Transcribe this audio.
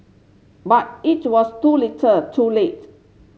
but it was too little too late